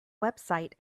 website